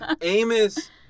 Amos